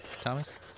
Thomas